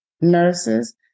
nurses